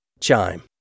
Chime